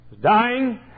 Dying